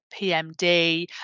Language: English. pmd